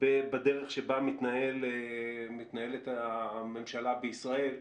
בדרך שבה מתנהלת הממשלה בישראל.